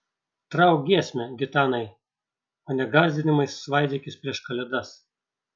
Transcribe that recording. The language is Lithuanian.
trauk giesmę gitanai o ne gąsdinimais svaidykis prieš kalėdas